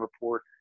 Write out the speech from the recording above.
report